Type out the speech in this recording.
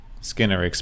Skinner